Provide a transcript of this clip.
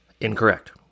Incorrect